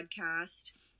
podcast